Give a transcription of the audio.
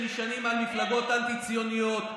שנשענים על מפלגות אנטי-ציוניות,